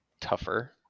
tougher